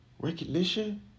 Recognition